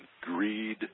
greed